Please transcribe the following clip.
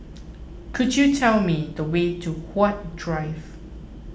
could you tell me the way to Huat Drive